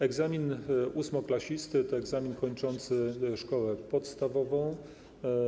Egzamin ósmoklasisty to egzamin kończący szkołę podstawową.